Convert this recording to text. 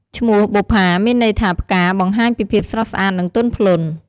ឈ្មោះបុប្ផា មានន័យថាផ្កា បង្ហាញពីភាពស្រស់ស្អាតនិងទន់ភ្លន់។